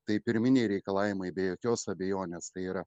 tai pirminiai reikalavimai be jokios abejonės tai yra